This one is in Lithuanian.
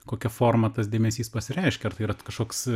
kokia forma tas dėmesys pasireiškia ar tai yra kažkoks